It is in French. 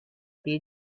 les